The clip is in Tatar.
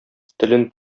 телен